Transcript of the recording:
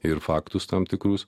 ir faktus tam tikrus